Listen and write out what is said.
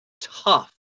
tough